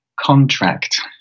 contract